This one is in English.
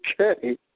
okay